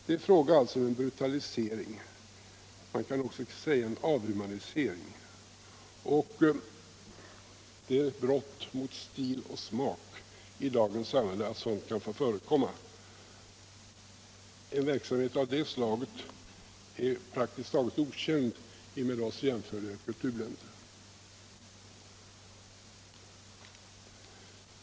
Det är alltså fråga om en brutalisering - man kan också säga avhumanisering — och det är eu brott mot stil och smak att sådant kan få förekomma i dagens samhälle. En verksamhet av det slaget är praktiskt taget okänd i med oss jämförliga kulturländer.